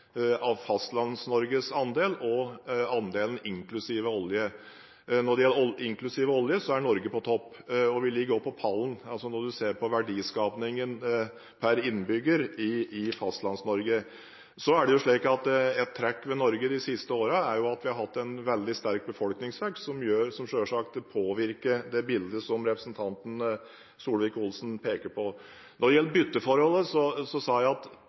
på topp, og vi er også på pallen når en ser på verdiskapningen per innbygger i Fastlands-Norge. Et trekk ved Norge de siste årene er at vi har hatt en veldig sterk befolkningsvekst som selvsagt påvirker det bildet representanten Solvik-Olsen peker på. Når det gjelder bytteforholdet, sa jeg at